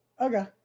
Okay